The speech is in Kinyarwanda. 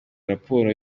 raporo